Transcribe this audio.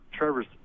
trevor's